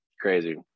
crazy